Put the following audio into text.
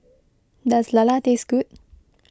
does Lala taste good